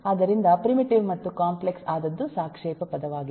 ಆದ್ದರಿಂದ ಪ್ರಿಮಿಟಿವ್ ಮತ್ತು ಕಾಂಪ್ಲೆಕ್ಸ್ ಆದದ್ದು ಸಾಪೇಕ್ಷ ಪದವಾಗಿದೆ